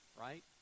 right